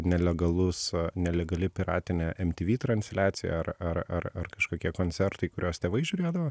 nelegalus nelegali piratinė emtyvy transliacija ar ar ar ar kažkokie koncertai kuriuos tėvai žiūrėdavo